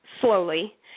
slowly